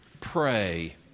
pray